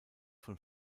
von